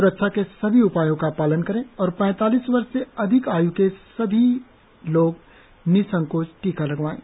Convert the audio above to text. स्रक्षा के सभी उपायों का पालन करें और पैतालीस वर्ष से अधिक आय् के सभी लोग निसंकोच टीका लगवाएं